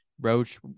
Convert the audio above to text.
Roach